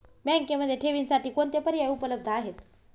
बँकेमध्ये ठेवींसाठी कोणते पर्याय उपलब्ध आहेत?